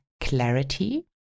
clarity